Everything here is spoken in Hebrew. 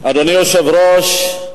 אדוני היושב-ראש,